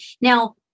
now